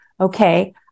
okay